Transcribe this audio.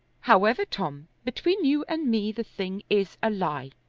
however, tom, between you and me the thing is a lie.